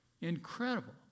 Incredible